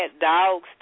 dogs